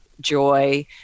joy